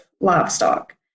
livestock